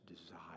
desire